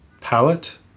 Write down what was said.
palette